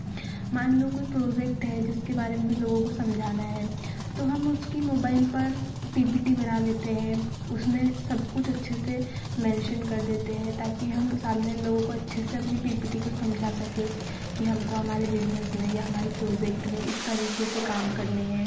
मान लो कोई प्रोज़ेक्ट है जिसके बारे में लोगों को समझाना है तो हम उसकी मोबाइल पर पी पी टी बना लेते हैं उसमें सब कुछ अच्छे से मेंशन कर देते हैं ताकि हम सामने लोगों को अच्छे से अपनी पी पी टी को समझा सके कि हमको हमारे बिजनेस में या हमारे प्रोज़ेक्ट में इस तरीके से काम करने हैं